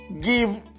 give